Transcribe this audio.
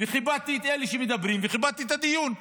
וכיבדתי את אלה שמדברים וכיבדתי את הדיון.